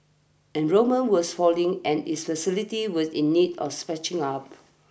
enrolment was falling and its facilities was in need of sprucing up